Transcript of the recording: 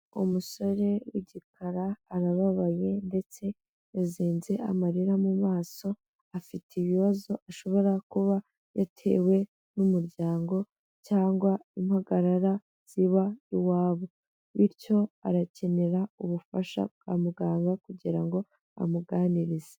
Umusore w'igikara, arababaye ndetse yazenze amarira mu maso, afite ibibazo ashobora kuba yatewe n'umuryango cyangwa impagarara ziba iwabo. Bityo arakenera ubufasha bwa muganga kugira ngo amuganirize.